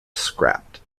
scrapped